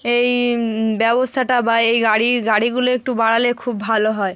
এই ব্যবস্থাটা বা এই গাড়ি গাড়িগুলো একটু বাড়ালে খুব ভালো হয়